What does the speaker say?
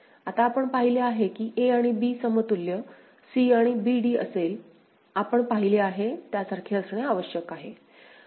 आता आपण पाहिले आहे की a आणि b समतुल्य c आणि b d असेल आपण पाहिले आहे त्यासारखे असणे आवश्यक आहे